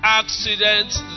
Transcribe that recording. accidents